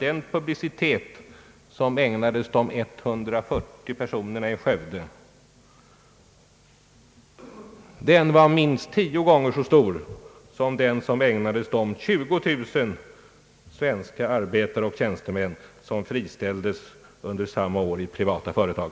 Den publicitet som ägnades de 140 friställda i Skövde var minst tio gånger så stor som den man ägnade de 20 000 anställda, svenska arbetare och tjänstemän, som friställdes under samma år i privata företag.